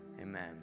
Amen